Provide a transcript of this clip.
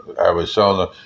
Arizona